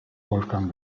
wolfgang